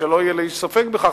שלא יהיה ספק בכך,